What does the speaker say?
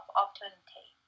opportunity